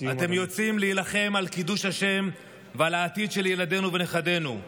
אתם יוצאים להילחם על קידוש השם ועל העתיד של ילדינו ונכדינו.